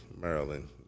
Maryland